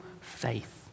faith